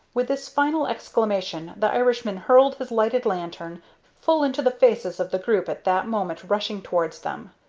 with this final exclamation, the irishman hurled his lighted lantern full into the faces of the group at that moment rushing towards them.